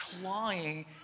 clawing